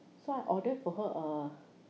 so I ordered for her a